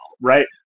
right